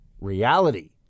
reality